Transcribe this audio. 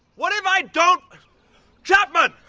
what if i don't chapman!